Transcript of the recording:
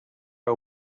her